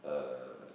uh